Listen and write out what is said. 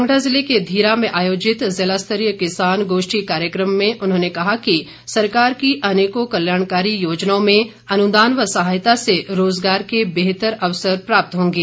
कांगड़ा जिले के धीरा में आयोजित जिलास्तरीय किसान गोष्ठी कार्यक्रम में उन्होंने कहा कि सरकार की अनेकों कल्याणकारी योजनाओं में अनुदान व सहायता से रोजगार के बेहतर अवसर प्राप्त होंगे